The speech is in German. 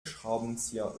schraubenzieher